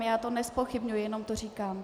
Já to nezpochybňuji, jen to říkám.